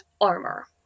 armor